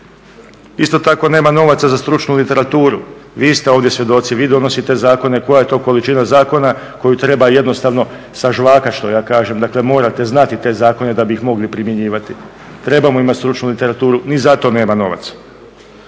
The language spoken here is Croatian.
Isto tako nema novaca za stručnu literaturu. Vi ste ovdje svjedoci, vi donosite zakone koja je to količina zakona koju treba jednostavno sažvakati što ja kažem. Dakle, morate znati te zakone da bi ih mogli primjenjivati. Trebamo imati stručnu literaturu. Ni za to nema novaca.